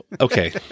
okay